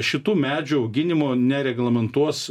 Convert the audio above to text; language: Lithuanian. šitų medžių auginimo nereglamentuos